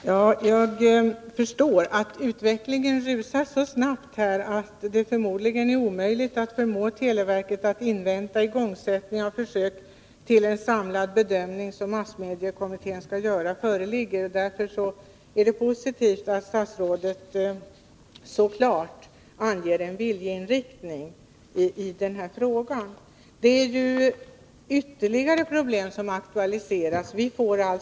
Herr talman! Jag förstår att utvecklingen /rusar så snabbt att det förmodligen är omöjligt att förmå televerket att vänta med en igångsättning av försöket tills den samlade bedömning som massmediekommittén skall göra föreligger. Därför är det positivt att statsrådet så klart anger en viljeinriktning i den här frågan. Ytterligare problem aktualiseras också.